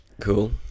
Cool